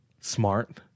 smart